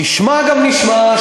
נשמע גם נשמע.